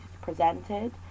presented